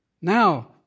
Now